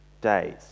days